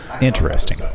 Interesting